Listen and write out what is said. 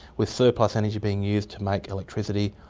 with surplus energy being used to make electricity,